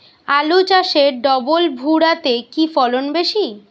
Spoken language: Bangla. আলু চাষে ডবল ভুরা তে কি ফলন বেশি?